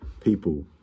people